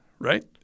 Right